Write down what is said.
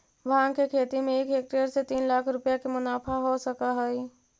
भाँग के खेती में एक हेक्टेयर से तीन लाख रुपया के मुनाफा हो सकऽ हइ